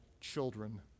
children